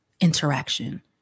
interaction